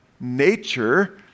nature